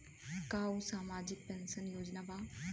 का उ सामाजिक पेंशन योजना बा?